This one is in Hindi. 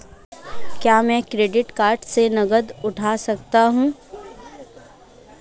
क्या मैं क्रेडिट कार्ड से नकद निकाल सकता हूँ?